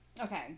okay